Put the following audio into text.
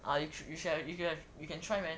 ah you should you can try man